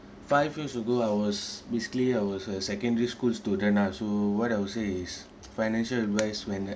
five years ago I was basically I was a secondary school student lah so what I'd say is financial advice when